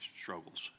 struggles